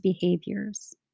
behaviors